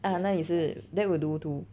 ah 那也是 that will do too